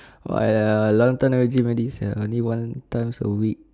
why uh long time never gym already sia only one time a week